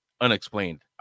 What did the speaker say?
unexplained